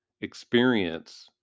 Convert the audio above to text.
experience